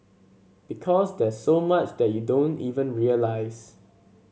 because there's so much you don't even realise